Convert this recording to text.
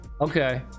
Okay